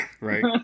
Right